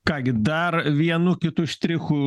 ką gi dar vienu kitu štrichu